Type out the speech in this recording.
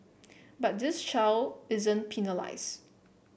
but this child isn't penalised